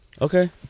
Okay